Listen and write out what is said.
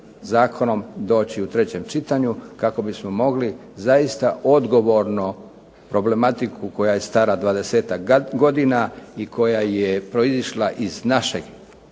zakonom doći u trećem čitanju kako bismo mogli zaista odgovorno problematiku koja je stara 20-tak godina i koja je proizašla iz našeg